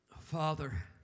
Father